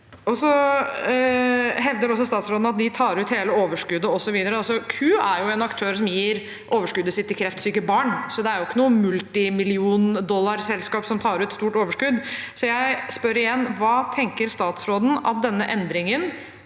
Statsråden hevder også at de tar ut hele overskuddet, osv. Q-Meieriene er en aktør som gir overskuddet sitt til kreftsyke barn, så det er jo ikke noe multimilliondollarselskap som tar ut stort overskudd. Jeg spør igjen: Hva tenker statsråden at denne endringen